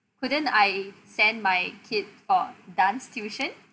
couldn't I send my kid for dance tuition